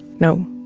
no.